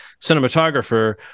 cinematographer